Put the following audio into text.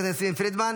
פרידמן,